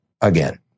again